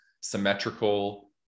symmetrical